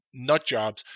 nutjobs